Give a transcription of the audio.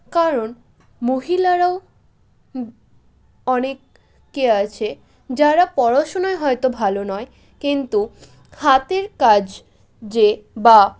কারণ মহিলারাও অনেকে আছে যারা পড়াশোনায় হয়তো ভালো নয় কিন্তু হাতের কাজ যে বা